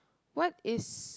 what is